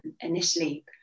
initially